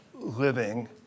living